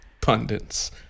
pundits